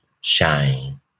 shine